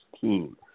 team